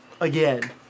Again